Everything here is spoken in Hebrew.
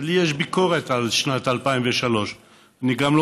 לי יש ביקורת על שנת 2003. אני גם לא